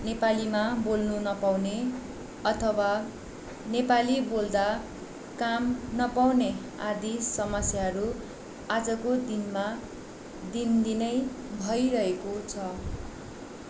नेपालीमा बोल्नु नपाउने अथवा नेपाली बोल्दा काम नपाउने आदि समस्याहरू आजको दिनमा दिनदिनै भइरहेको छ